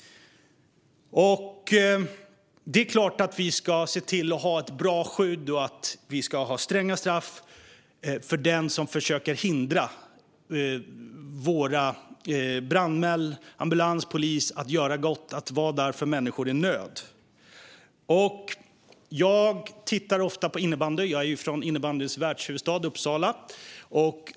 Det är klart att vi ska se till att det är ett bra skydd och att vi ska ha stränga straff för den som försöker hindra våra brandmän, ambulanser och poliser att göra gott och att vara där för människor i nöd. Jag tittar ofta på innebandy - jag är ju från innebandyns världshuvudstad Uppsala.